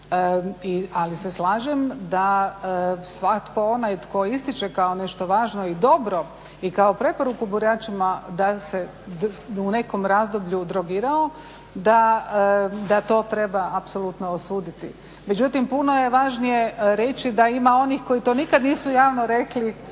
Ali se slažem da svatko onaj tko ističe kao nešto važno i dobro i kao preporuku biračima da se u nekom razdoblju drogirao, da to treba apsolutno osuditi. Međutim, puno je važnije reći da ima onih koji to nikad nisu javno rekli